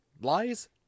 Lies